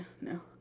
No